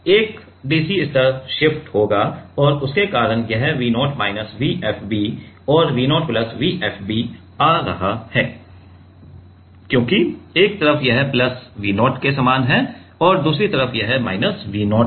एक dc स्तर shift होगा और उसके कारण यह V0 माइनस V FB और V 0 प्लस V FB आ रहा है क्योंकि एक तरफ यह प्लस V 0 के समान है दूसरी तरफ यह माइनस V 0 है